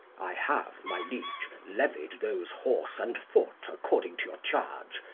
i have, my liege, levied those horse and foot according to your charge,